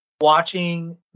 watching